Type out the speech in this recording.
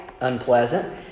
unpleasant